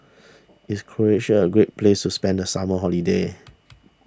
is Croatia a great place to spend the summer holiday